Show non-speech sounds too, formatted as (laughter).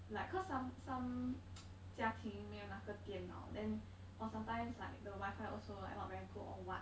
like cause some some (noise) 家庭没有那个电脑 then or sometimes like the wifi also like not very good or [what]